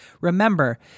Remember